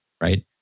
right